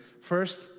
First